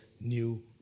new